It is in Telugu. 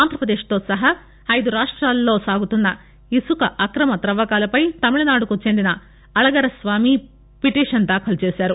ఆంధ్రప్రదేశ్ సహా ఐదు రాష్ట్వాలలో సాగుతున్న ఇసుక అక్రమ తవ్వకాలపై తమిళనాడుకు చెందిన అళగరస్వామి పిటిషన్ దాఖలు చేశారు